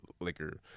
liquor